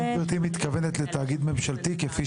האם גברתי מתכוונת לתאגיד ממשלתי כפי